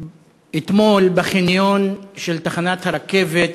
אתמול בחניון של תחנת הרכבת